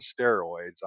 steroids